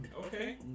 Okay